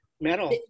Metal